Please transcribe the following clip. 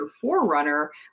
forerunner